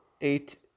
eight